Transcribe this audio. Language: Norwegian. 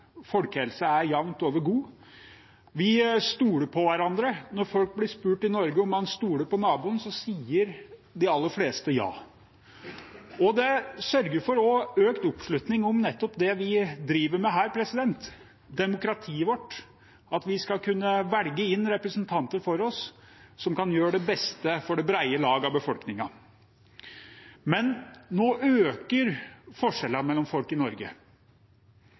folkehelsen er jevnt over god. Vi stoler på hverandre. Når folk i Norge blir spurt om de stoler på naboen, sier de aller fleste ja. Det sørger for økt oppslutning om nettopp det vi driver med her: demokratiet vårt, at vi skal vi kunne velge inn representanter som kan gjøre det beste for det brede lag av befolkningen. Men nå øker forskjellene mellom folk i Norge.